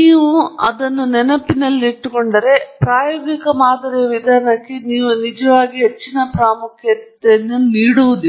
ನೀವು ಅದನ್ನು ನೆನಪಿನಲ್ಲಿಟ್ಟುಕೊಂಡರೆ ಪ್ರಾಯೋಗಿಕ ಮಾದರಿಯ ವಿಧಾನಕ್ಕೆ ನೀವು ನಿಜವಾಗಿಯೂ ಹೆಚ್ಚಿನ ಪ್ರಾಮುಖ್ಯತೆಯನ್ನು ನೀಡಲಾರಿರಿ